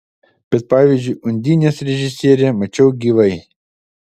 bet pavyzdžiui undinės režisierę mačiau gyvai